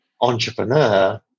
entrepreneur